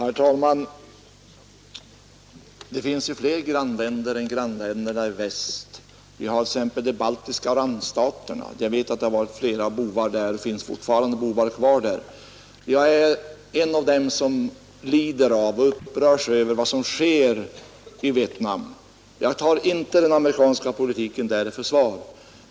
Herr talman! Vi har ju fler grannländer än grannländerna i väst, vi har t.ex. de baltiska grannstaterna. Jag vet att det där har funnits många bovar, och det finns alltjämt flera kvar. Jag är en av dem som lider och upprörts av vad som sker i Vietnam, och jag tar inte den amerikanska politiken där i försvar.